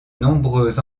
nombreux